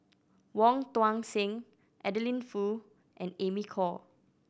Wong Tuang Seng Adeline Foo and Amy Khor